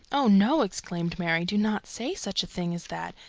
oh, no! exclaimed mary, do not say such a thing as that!